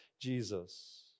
Jesus